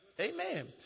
Amen